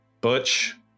Butch